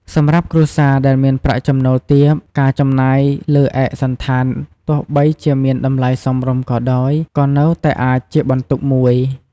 សម្រាប់គ្រួសារដែលមានប្រាក់ចំណូលទាប ការចំណាយលើឯកសណ្ឋាន ទោះបីជាមានតម្លៃសមរម្យក៏ដោយ ក៏នៅតែអាចជាបន្ទុកមួយ។